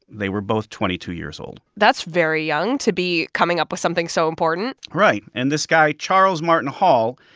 they were both twenty two years old that's very young to be coming up with something so important right. and this guy, charles martin hall,